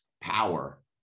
power